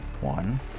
one